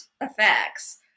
effects